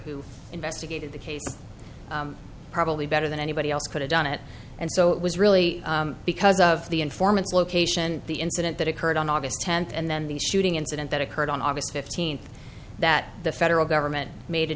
who investigated the case probably better than anybody else could have done it and so it was really because of the informants location the incident that occurred on august tenth and then the shooting incident that occurred on august fifteenth that the federal government made a